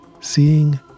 Seeing